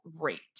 rate